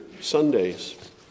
Sundays